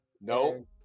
No